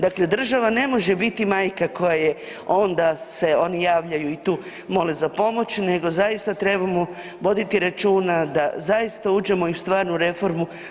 Dakle, država ne može biti majka koja je onda se oni javljaju i tu mole za pomoć nego zaista trebamo voditi računa da zaista uđemo i u stvarnu reformu.